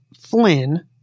Flynn